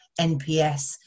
NPS